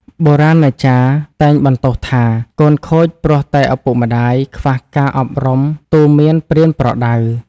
បុរាណាចារ្យតែងបន្ទោសថា កូនខូចព្រោះតែឪពុកម្ដាយខ្វះការអប់រំទូន្មានប្រៀនប្រដៅ ។